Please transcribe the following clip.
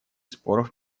споров